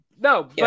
No